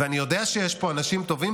ואני יודע שיש פה אנשים טובים,